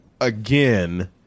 again